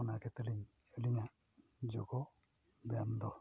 ᱚᱱᱟᱜᱮ ᱛᱟᱹᱞᱤᱧ ᱟᱹᱞᱤᱧᱟᱜ ᱡᱳᱜᱚ ᱵᱮᱭᱟᱢ ᱫᱚ